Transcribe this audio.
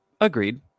Agreed